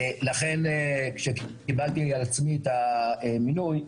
לכן כשקיבלתי על עצמי את המינוי,